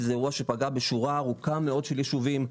שזה אירוע שפגע בשורה ארוכה מאוד של יישובים,